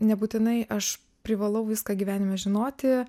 nebūtinai aš privalau viską gyvenime žinoti